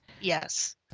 Yes